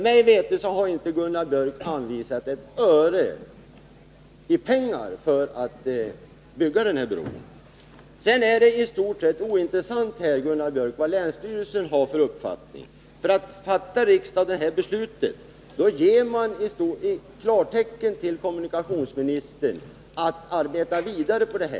Mig veterligt har inte Gunnar Björk anvisat ett öre för att bygga denna bro. Sedan är det i stort sett ointressant vilken uppfattning länsstyrelsen har i denna fråga. Fattar riksdagen beslut i enlighet med utskottets förslag ger man klartecken till kommunikationsministern att arbeta vidare på förslaget.